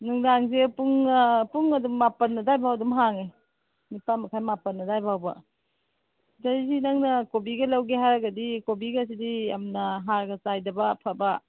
ꯅꯨꯡꯗꯥꯡꯁꯦ ꯄꯨꯡ ꯑꯥ ꯄꯨꯡ ꯑꯗꯨꯝ ꯃꯥꯄꯟ ꯑꯗꯥꯏꯐꯥꯎ ꯑꯗꯨꯝ ꯍꯥꯡꯏ ꯅꯤꯄꯥꯟ ꯃꯈꯥꯏ ꯃꯥꯄꯟ ꯑꯗꯥꯏ ꯐꯥꯎꯕ ꯁꯤꯗꯩꯖꯤ ꯅꯪꯅ ꯀꯣꯕꯤꯒ ꯂꯧꯒꯦ ꯍꯥꯏꯔꯒꯗꯤ ꯀꯣꯕꯤꯒꯁꯤꯗꯤ ꯌꯥꯝꯅ ꯍꯥꯔꯒ ꯆꯥꯏꯗꯕ ꯑꯐꯕ